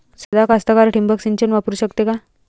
सादा कास्तकार ठिंबक सिंचन वापरू शकते का?